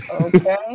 Okay